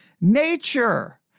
nature